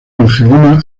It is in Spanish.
angelina